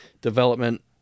development